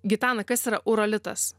gitana kas yra urolitas